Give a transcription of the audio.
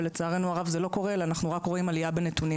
ולצערנו הרב זה לא קורה אלא אנחנו רק רואים עלייה בנתונים.